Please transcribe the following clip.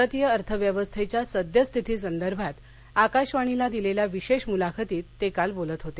भारतीय अर्थव्यवस्थेच्या सद्यस्थिती संदर्भात आकाशवाणीला दिलेल्या विशेष मुलाखतीत ते काल बोलत होते